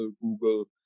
Google